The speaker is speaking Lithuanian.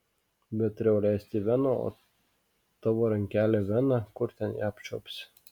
bet turėjau leisti į veną o tavo rankelės vena kur ten ją apčiuopsi